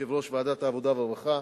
יושב-ראש ועדת העבודה והרווחה,